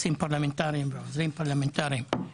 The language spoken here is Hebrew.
היועצים והעוזרים בלעדיהם, אני רוצה להגיד לכם: